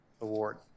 Award